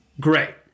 Great